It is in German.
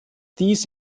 dies